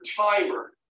timer